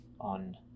on